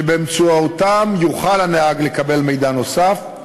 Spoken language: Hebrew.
שבאמצעותן יוכל הנהג לקבל מידע נוסף,